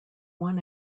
one